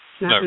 No